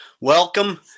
Welcome